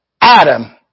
Adam